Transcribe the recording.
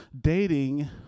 dating